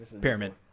Pyramid